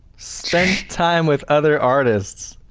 spent time with other artists.